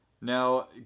Now